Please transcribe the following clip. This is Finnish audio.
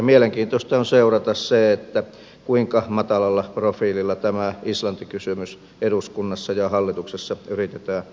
mielenkiintoista on seurata sitä kuinka matalalla profiililla tämä islanti kysymys eduskunnassa ja hallituksessa yritetään sivuuttaa